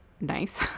nice